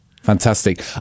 Fantastic